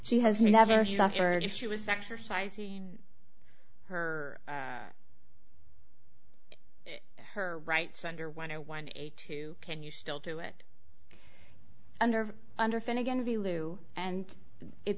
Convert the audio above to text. she has never suffered if she was exercising her her rights under one zero one eight two can you still do it under under finnegan v lu and it